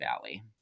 Valley